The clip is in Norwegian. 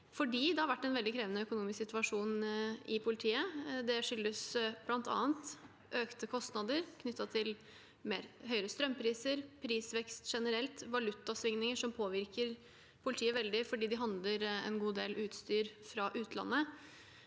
– Muntlig spørretime 2223 de økonomisk situasjon i politiet. Det skyldes bl.a. økte kostnader knyttet til høyere strømpriser, prisvekst generelt og valutasvingninger, noe som påvirker politiet veldig, for de handler en god del utstyr fra utlandet.